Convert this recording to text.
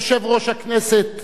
יושב-ראש הכנסת